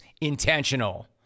intentional